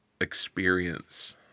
experience